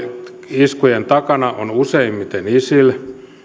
iskujen takana on useimmiten isil